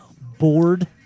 bored